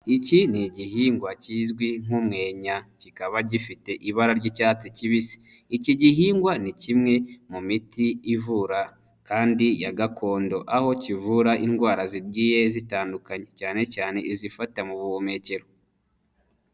Iki ni igihingwa kizwi nk'umwenya kikaba gifite ibara ry'icyatsi kibisi, iki gihingwa ni kimwe mu miti ivura kandi ya gakondo aho kivura indwara zigiye zitandukanye cyane cyane izifata mu buhumekero.